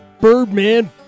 Birdman